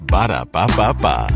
Ba-da-ba-ba-ba